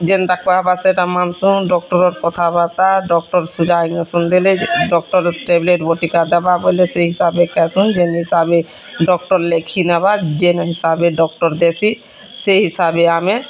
ଯେନଟା କହେବା ସେଟା ମାନସୁଁ ଡ଼କ୍ଟରର କଥାବାର୍ତ୍ତା ଡ଼କ୍ଟର ସୁଜା ଇଞ୍ଜେସନ୍ ଦେଲେ ଡ଼କ୍ଟରର ଟ୍ୟାବଲେଟ୍ ବଟିକା ଦେବା ବଲେ ସେ ହିସାବେ ଖାଏସୁଁ ଯେନ୍ ହିସାବେ ଡ଼କ୍ଟର ଲେଖି ନେବା ଯେନ୍ ହିସାବେ ଡ଼କ୍ଟର ଦେସି ସେ ହିସାବେ ଆମେ